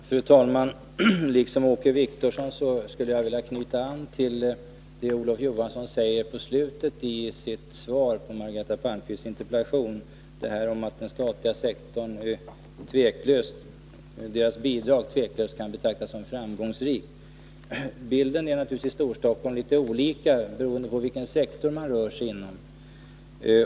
Fru talman! Liksom Åke Wictorsson skulle jag vilja knyta an till det Olof Johansson säger på slutet i sitt svar på Margareta Palmqvists interpellation, nämligen att den statliga sektorns bidrag tveklöst kan betraktas som framgångsrikt. Bilden är naturligtvis litet olika i olika delar av Storstockholm.